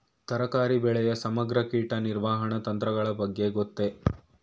ತರಕಾರಿ ಬೆಳೆಯ ಸಮಗ್ರ ಕೀಟ ನಿರ್ವಹಣಾ ತಂತ್ರಗಳ ಬಗ್ಗೆ ಗೊತ್ತೇ?